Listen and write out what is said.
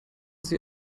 sie